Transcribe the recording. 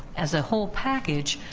as a whole package,